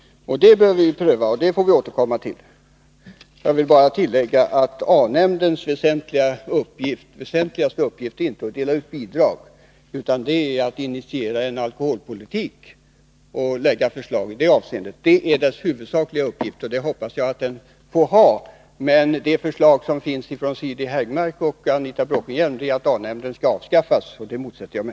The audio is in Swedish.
Den frågan bör vi alltså pröva, och vi får återkomma till den. Jag vill bara tillägga att A-nämndens mest väsentliga uppgift inte är att dela ut bidrag, utan dess huvudsakliga uppgift är att initiera en alkoholpolitik och lägga fram förslag i det avseendet. Jag hoppas att A-nämnden får ha den uppgiften. Men förslaget från Siri Häggmark och Anita Bråkenhielm är att A-nämnden skall avskaffas, och det motsätter jag mig.